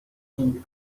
king